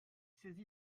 saisi